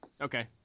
Okay